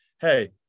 Hey